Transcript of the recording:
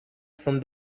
from